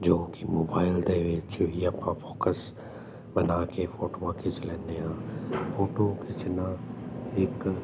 ਜੋ ਕਿ ਮੋਬਾਈਲ ਦੇ ਵਿੱਚ ਵੀ ਆਪਾਂ ਫੋਕਸ ਬਣਾ ਕੇ ਫੋਟੋਆਂ ਖਿੱਚ ਲੈਂਦੇ ਆ ਫੋਟੋ ਖਿੱਚਣਾ ਇੱਕ